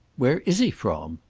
where is he from?